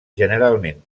generalment